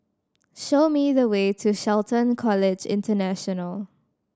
show me the way to Shelton College International